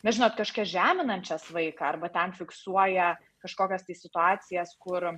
na žinot kažkokias žeminančias vaiką arba ten fiksuoja kažkokias tai situacijas kur